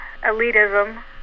elitism